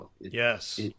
Yes